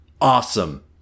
awesome